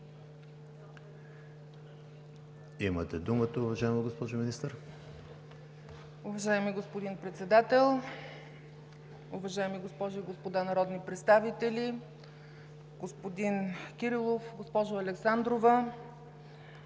Имате думата, уважаема госпожо Министър.